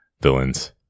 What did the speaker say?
villains